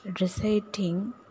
reciting